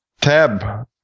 tab